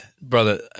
brother